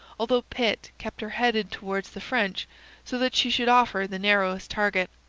although pitt kept her headed towards the french so that she should offer the narrowest target.